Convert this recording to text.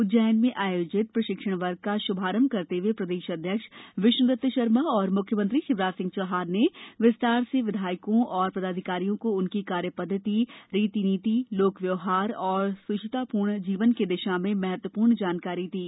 उज्जैन में आयोजित प्रशिक्षण का श्भारंभ करते हुए प्रदेश अध्यक्ष विष्ण्दत शर्मा और म्ख्यमंत्री शिवराज सिंह चौहान ने विस्तार से विधायकों और पदाधिकारियों को उनकी कार्यपद्धति रीति नीति लोकव्यवहार और स्चितापूर्ण जीवन की दिशा में महत्वप्र्ण जानकारी दी